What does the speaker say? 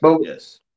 Yes